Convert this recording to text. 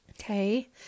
Okay